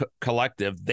collective